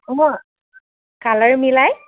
অ' colour মিলাই